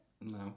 No